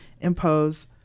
impose